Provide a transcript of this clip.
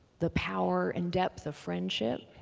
the power and depth of friendship,